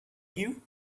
you